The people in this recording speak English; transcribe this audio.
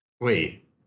Wait